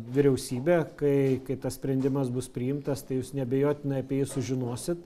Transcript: vyriausybė kai kai tas sprendimas bus priimtas tai jūs neabejotinai apie jį sužinosit